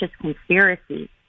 conspiracy